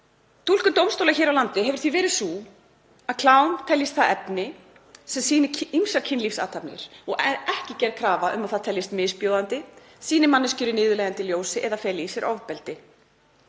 Túlkun dómstóla hér á landi hefur því verið sú að klám teljist það efni sem sýni ýmsar kynlífsathafnir, og er ekki gerð krafa um að það teljist misbjóðandi, sýni manneskjur í niðurlægjandi ljósi eða feli í sér ofbeldi.